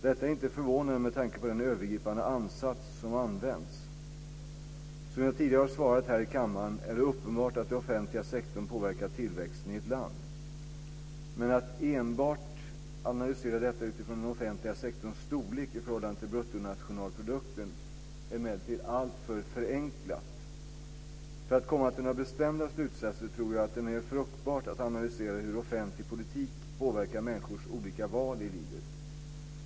Detta är inte förvånande med tanke på den övergripande ansats som använts. Som jag tidigare har svarat här i kammaren är det uppenbart att den offentliga sektorn påverkar tillväxten i ett land. Men att enbart analysera detta utifrån den offentliga sektorns storlek i förhållande till bruttonationalprodukten är emellertid alltför förenklat. För att komma till några bestämda slutsatser tror jag att det är mer fruktbart att analysera hur offentlig politik påverkar människors olika val i livet.